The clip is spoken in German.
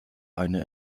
eine